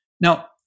Now